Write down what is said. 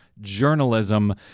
Journalism